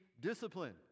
discipline